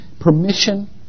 permission